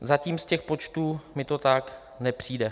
Zatím z těch počtů mi to tak nepřijde.